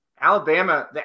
Alabama